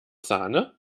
sahne